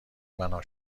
بنا